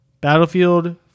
Battlefield